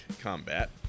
Combat